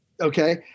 okay